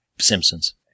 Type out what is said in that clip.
Simpsons